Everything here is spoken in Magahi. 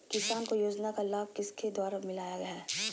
किसान को योजना का लाभ किसके द्वारा मिलाया है?